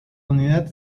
unidad